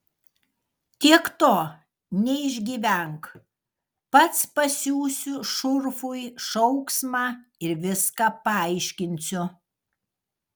tiek to neišgyvenk pats pasiųsiu šurfui šauksmą ir viską paaiškinsiu